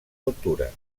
altura